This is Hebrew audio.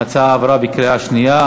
ההצעה עברה בקריאה שנייה.